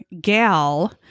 gal